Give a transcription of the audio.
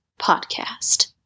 podcast